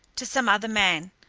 to some other man,